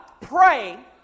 pray